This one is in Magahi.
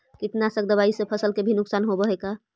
कीटनाशक दबाइ से फसल के भी नुकसान होब हई का?